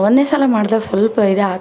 ಒಂದ್ನೇ ಸಲ ಮಾಡ್ದಾಗ ಸ್ವಲ್ಪ ಇದು ಆತು